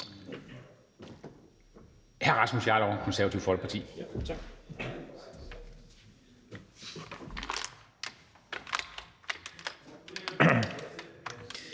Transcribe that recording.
Hr. Rasmus Jarlov, Det Konservative Folkeparti.